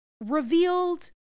revealed